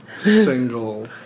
single